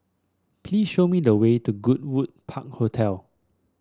please show me the way to Goodwood Park Hotel